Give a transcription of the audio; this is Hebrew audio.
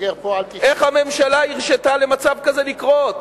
איך הממשלה הרשתה למצב כזה לקרות?